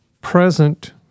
present